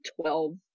twelve